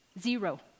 zero